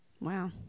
Wow